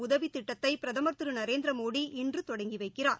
உதவித் திட்டத்தை பிரதமர் திரு நரேந்திரமோடி இன்று தொடங்கி வைக்கிறார்